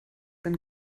and